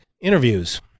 interviews